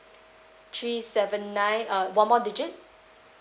three seven nine uh one more digit